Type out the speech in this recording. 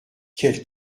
quelle